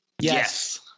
Yes